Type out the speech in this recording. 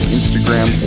Instagram